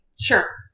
Sure